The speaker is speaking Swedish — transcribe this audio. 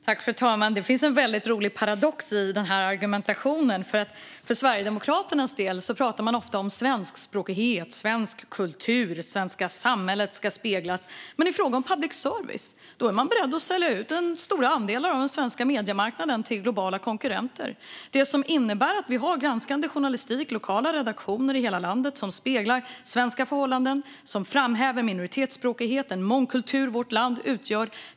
Fru talman! Det finns en väldigt rolig paradox i argumentationen. För Sverigedemokraternas del talar man väldigt ofta om svenskspråkighet och svensk kultur. Det svenska samhället ska speglas. Men i fråga om public service är man beredd att sälja ut stora andelar av den svenska mediemarknaden till globala konkurrenter. Det är public service som gör att vi har granskande journalistik och lokala redaktioner i hela landet som speglar svenska förhållanden. Den framhäver minoritetsspråken, mångkultur och det vårt land utgör.